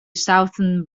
southern